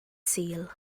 sul